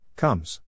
Comes